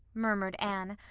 murmured anne,